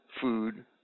food